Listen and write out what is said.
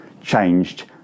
changed